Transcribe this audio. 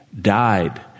died